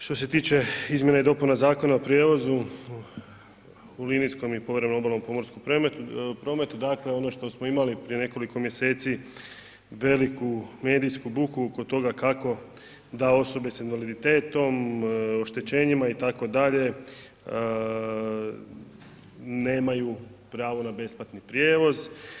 Što se tiče izmjena i dopuna Zakona u linijskom i povremenom obalnom pomorskom prometu, dakle ono što smo imali prije nekoliko mjeseci veliku medijsku buku oko toga kako da osobe sa invaliditetom, oštećenjima itd., nemaju pravo na besplatni prijevoz.